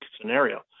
scenario